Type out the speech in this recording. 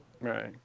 Right